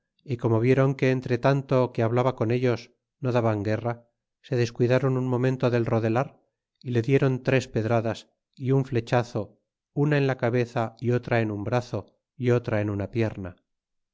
y como viéron que entre tanto que hablaba con ellos no daban guerra se descuidaron un momento del rodelar y le dieron tres pedradas é un flechazo una en la cabeza y otra en un brazo y otra en una pierna